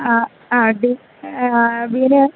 ആ അതില്